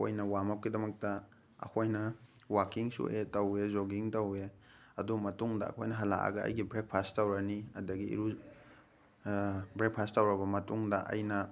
ꯑꯩꯈꯣꯏꯅ warm up ꯀꯤꯗꯃꯛꯇ ꯑꯩꯈꯣꯏꯅ ꯋꯥꯛꯀꯤꯡꯁꯨ ꯍꯦꯛ ꯇꯧꯌꯦ ꯖꯣꯒꯤꯡ ꯇꯧꯌꯦ ꯑꯗꯨ ꯃꯇꯨꯡꯗ ꯑꯩꯈꯣꯏꯅ ꯍꯂꯛꯑꯒ ꯑꯩꯒꯤ ꯕ꯭ꯔꯦꯛꯐꯥꯁ ꯇꯧꯔꯅꯤ ꯑꯗꯒꯤ ꯏꯔꯨ ꯕ꯭ꯔꯦꯛꯐꯥꯁ ꯇꯧꯔꯕ ꯃꯇꯨꯡꯗ ꯑꯩꯅ